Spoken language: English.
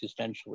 existentially